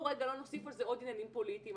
רגע לא נוסיף על זה עוד עניינים פוליטיים.